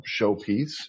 showpiece